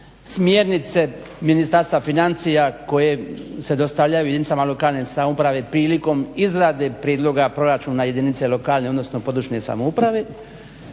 smjernice Ministarstva financija koje se dostavljaju jedinicama lokalne samouprave prilikom izrade prijedloga proračuna jedinice lokalne odnosno područne samouprave